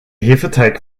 hefeteig